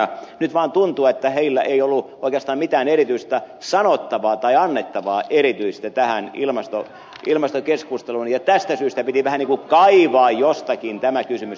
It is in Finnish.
nyt vaan tuntuu että heillä ei ollut oikeastaan mitään erityistä sanottavaa tai annettavaa erityisesti tähän ilmastokeskusteluun ja tästä syystä piti vähän ikään kuin kaivaa jostakin tämä kysymys esille